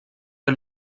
der